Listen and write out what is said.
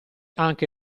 anche